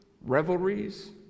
revelries